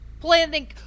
planning